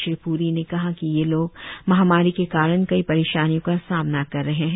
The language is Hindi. श्री प्री ने कहा कि ये लोग महामारी के कारण कई परेशानियों का सामना कर रहे हैं